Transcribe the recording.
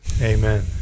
Amen